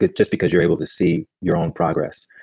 but just because you're able to see your own progress.